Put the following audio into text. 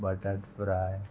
बटाट फ्राय